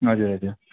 हजुर हजुर